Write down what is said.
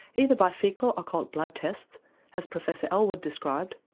either by fecal occult blood tests as professor elwood described,